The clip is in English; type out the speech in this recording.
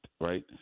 right